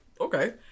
okay